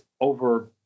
over